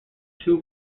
two